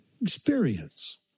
experience